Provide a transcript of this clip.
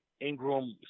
Ingram